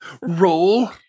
Roll